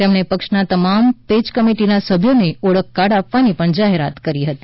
તેમણે પક્ષના તમામ પેજ કમિટીના સભ્યોને ઓળખ કાર્ડ આપવાની જાહેરાત કરી હતી